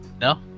No